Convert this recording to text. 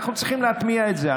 אנחנו צריכים להטמיע את זה.